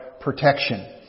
protection